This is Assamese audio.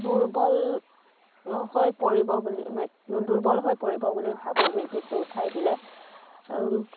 দুৰ্বল হৈ পৰিব বুলি দুৰ্বল হৈ পৰিব বুলি ভাবোঁ মেট্ৰিকটো উঠাই দিলে